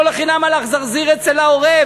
לא לחינם הלך זרזיר אצל העורב,